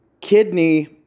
kidney